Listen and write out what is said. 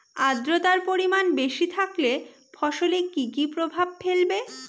আদ্রর্তার পরিমান বেশি থাকলে ফসলে কি কি প্রভাব ফেলবে?